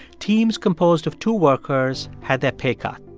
teams composed of two workers had their pay cut.